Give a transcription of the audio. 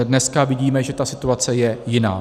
Dneska vidíme, že ta situace je jiná.